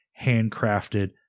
handcrafted